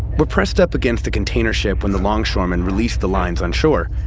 but pressed up against the container ship when the longshoreman released the lines on shore.